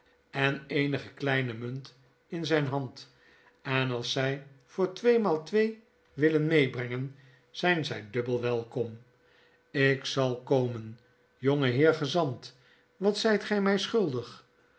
en eenige kleine munt in zyne hand en als zy voor tweemaal twee willen meebrengen zijn zy dubbel welkom ik zal komen jongeheer gezant watzijt gy my schuldig